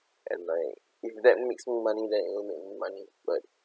and like if that makes more money than you will make more money but